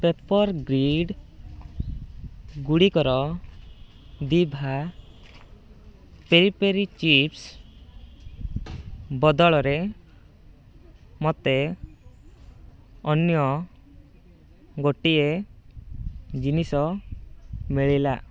paper grid ଗୁଡ଼ିକର ଦିଭା peri peri chips ବଦଳରେ ମୋତେ ଅନ୍ୟ ଗୋଟିଏ ଜିନିଷ ମିଳିଲା